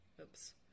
oops